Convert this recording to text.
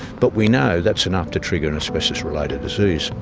but we know that's enough to trigger an asbestos related disease.